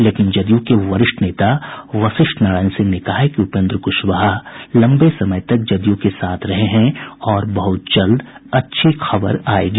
लेकिन जदयू के वरिष्ठ नेता वशिष्ठ नारायण सिंह ने कहा है कि उपेन्द्र कुशवाहा लम्बे समय तक जदयू के साथ रहे हैं और बहुत जल्द अच्छी खबर आयेगी